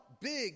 big